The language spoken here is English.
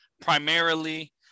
primarily